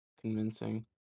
convincing